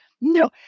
No